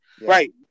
Right